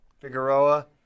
Figueroa